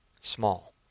small